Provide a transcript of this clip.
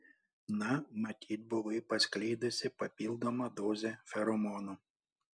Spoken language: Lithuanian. na matyt buvai paskleidusi papildomą dozę feromonų